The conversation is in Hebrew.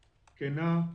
כנה,